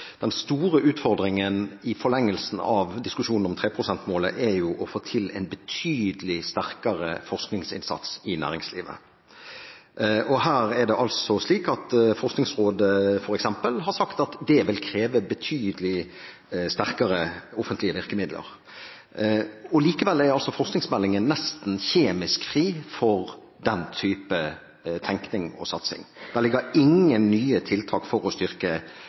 Den store utfordringen i forlengelsen av diskusjonen om 3 pst.-målet er å få til en betydelig sterkere forskningsinnsats i næringslivet. Her er det altså slik at f.eks. Forskningsrådet har sagt at det vil kreve betydelig sterkere offentlige virkemidler. Likevel er forskningsmeldingen nesten kjemisk fri for den type tenkning og satsing. Det ligger ingen nye tiltak for å styrke